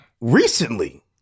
recently